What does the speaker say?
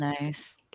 nice